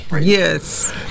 Yes